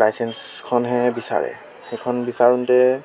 লাইচেন্সখনহে বিচাৰে সেইখন বিচাৰোতে